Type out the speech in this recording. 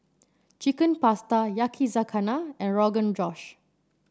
Chicken Pasta Yakizakana and Rogan Josh